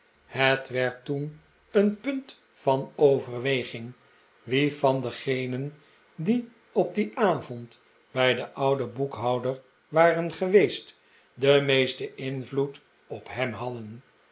het werd toen een punt van overweging wie van degenen die op dien avond bij den ouden boekhouder waren geweest den meesten invloed op hem had